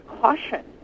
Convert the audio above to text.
caution